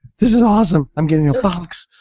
this is awesome. i'm getting a box,